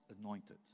anointed